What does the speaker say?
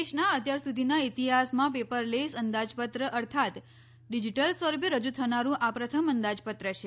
દેશનાં અત્યારસુધીનાં ઈતિહાસમાં પેપરલેસ અંદાજપત્ર અર્થાત ડિજીટલ સ્વરૂપે રજૂ થનારું આ પ્રથમ અંદાજપત્ર છે